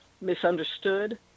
misunderstood